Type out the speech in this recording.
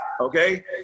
okay